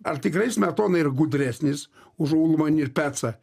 ar tikrai smetona ir gudresnis už ulmanį ir petsą